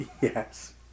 Yes